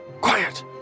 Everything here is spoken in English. Quiet